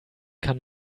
kann